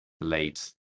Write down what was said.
late